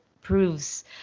proves